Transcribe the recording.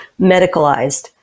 medicalized